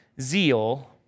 zeal